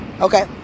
Okay